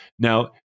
Now